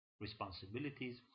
responsibilities